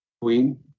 queen